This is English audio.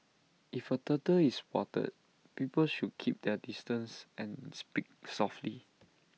if A turtle is spotted people should keep their distance and speak softly